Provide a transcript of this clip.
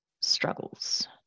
struggles